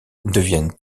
deviennent